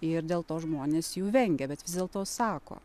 ir dėl to žmonės jų vengia bet vis dėlto sako